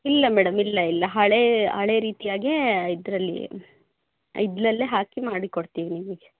ಇಲ್ಲ ಮೇಡಂ ಇಲ್ಲ ಇಲ್ಲ ಹಳೇ ಹಳೇ ರೀತಿಯಾಗೇ ಇದರಲ್ಲಿ ಇದ್ದಿಲಲ್ಲೇ ಹಾಕಿ ಮಾಡಿ ಕೊಡ್ತೀವಿ ನಿಮಗೆ